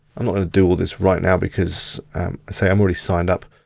i'm not gonna do all this right now because see, i'm already signed up.